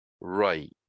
right